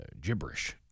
gibberish